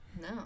No